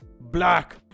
Black